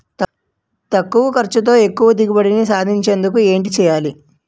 తక్కువ ఖర్చుతో ఎక్కువ దిగుబడి సాధించేందుకు ఏంటి చేయాలి?